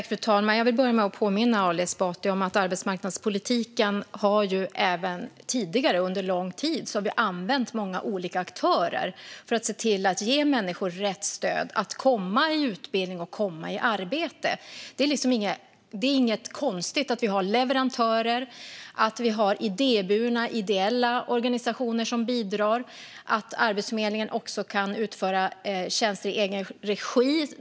Fru talman! Jag vill börja med att påminna Ali Esbati om att vi i arbetsmarknadspolitiken under lång tid har använt många olika aktörer för att se till att ge människor rätt stöd för att de ska komma i utbildning och i arbete. Det är inget konstigt att vi har leverantörer och idéburna ideella organisationer som bidrar och att Arbetsförmedlingen kan utföra tjänster i egen regi.